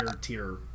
tier